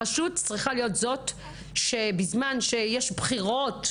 הרשות צריכה להיות זאת שבזמן שיש בחירות,